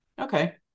Okay